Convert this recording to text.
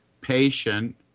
patient